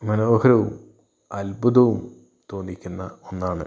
മനോഹരവും അത്ഭുതവും തോന്നിക്കുന്ന ഒന്നാണ്